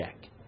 check